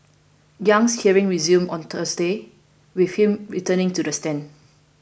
Yang's hearing resumes on Thursday with him returning to the stand